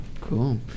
Cool